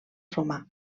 romà